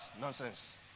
Nonsense